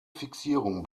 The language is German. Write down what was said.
fixierung